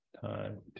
time